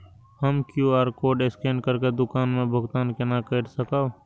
हम QR code scan करके दुकान में भुगतान केना कर सकब?